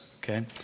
Okay